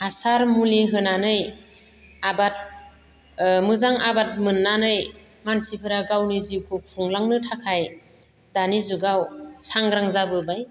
हासार मुलि होनानै आबाद मोजां आबाद मोन्नानै मानसिफोरा गावनि जिउखौ खुंलांनो थाखाय दानि जुगाव सांग्रां जाबोबाय